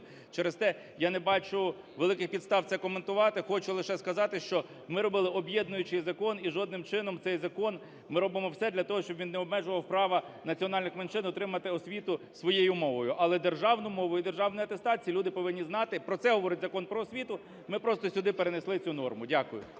Через те я не бачу великих підстав це коментувати. Хочу лише сказати, що ми робили об'єднуючий закон, і жодним чином цей закон… ми робимо все для того, щоб він не обмежував права національних меншин отримати освіту своєю мовою. Але державну мову і державну атестацію люди повинні знати. Про це говорить Закон "Про освіту". Ми просто сюди перенесли цю норму. Дякую.